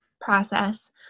process